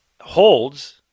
holds